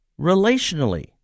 relationally